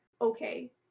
okay